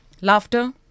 laughter